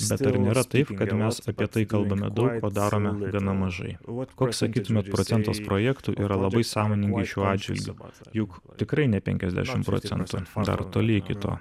bet ar nėra taip kad mes apie tai kalbame daug o darome gana mažai koks sakytumėt procentas projektų labai sąmoningai šiuo atžvilgiu juk tikrai ne penkiasdešim procentų dar toli iki to